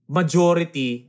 majority